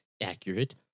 accurate